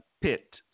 pit